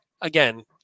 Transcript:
again